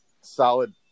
solid